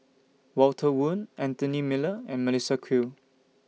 Walter Woon Anthony Miller and Melissa Kwee